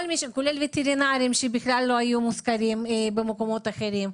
כולל וטרינרים שבכלל לא היו מוזכרים במקומות אחרים.